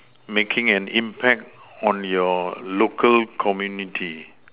making an impact on your local community